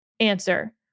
answer